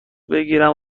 بگیرم